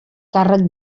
càrrec